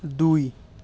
দুই